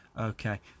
Okay